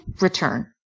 return